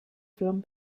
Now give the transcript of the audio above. from